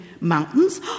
mountains